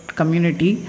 community